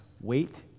wait